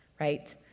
Right